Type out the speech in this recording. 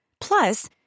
Plus